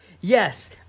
yes